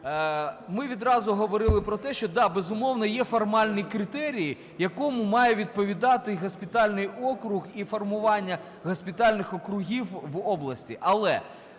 Ми відразу говорили про те, що да, безумовно, є формальний критерій, якому має відповідати госпітальний округ і формування госпітальних округів в області.